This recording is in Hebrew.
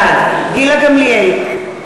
בעד גילה גמליאל,